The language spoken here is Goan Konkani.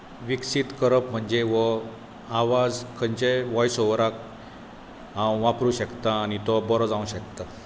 विकसीत करप म्हणजें हो आवाज खंयच्याय वॉयस ओवराक हांव वापरूंक शकतां आनी तो बरो जावंक शकता